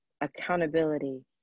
accountability